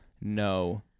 No